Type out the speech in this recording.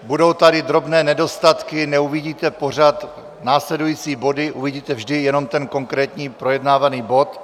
Budou tady drobné nedostatky, neuvidíte pořad, následující body, uvidíte vždy jenom konkrétní projednávaný bod.